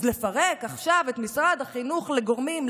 אז לפרק עכשיו את משרד החינוך לגורמים,